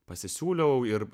pasisiūliau ir